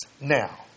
now